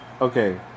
Okay